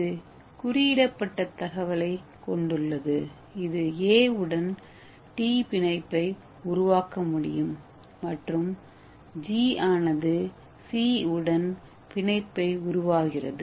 இது குறியிடப்பட்ட தகவலைக் கொண்டுள்ளது இது A உடன்பிணைப்பை உருவாக்கமுடியும் மற்றும் G ஆனது C உடன் பிணைப்பை உருவாக்குகிறது